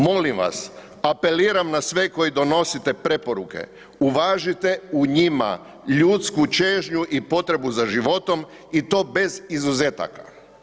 Molim vas, apeliram na sve koji donosite preporuke uvažite u njima ljudsku čežnju i potrebu za životom i to bez izuzetaka.